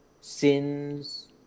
sins